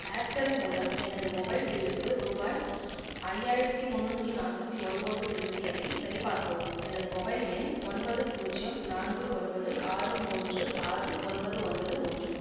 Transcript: Aircel மூலம் எனது mobile பில்லுக்கு ரூபாய் ஐயாயிரத்தி முன்னூற்றி நாற்பத்தி ஒன்பது செலுத்தியதை சரிபார்க்கவும் எனது மொபைல் எண் ஒன்பது பூஜ்யம் நான்கு ஒன்பது ஆறு மூன்று ஆறு ஒன்பது ஒன்பது மூன்று